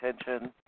attention